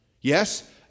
Yes